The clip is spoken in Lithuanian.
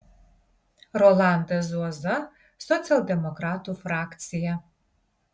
rolandas zuoza socialdemokratų frakcija